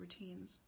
routines